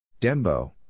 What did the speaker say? Dembo